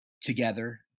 together